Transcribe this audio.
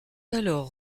alors